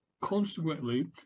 consequently